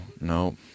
no